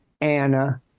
Anna